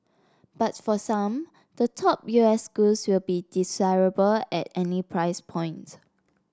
but for some the top U S schools will be desirable at any price point